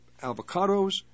avocados